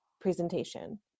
presentation